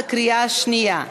בקריאה שנייה.